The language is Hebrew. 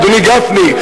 אדוני גפני,